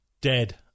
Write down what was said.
dead